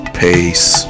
peace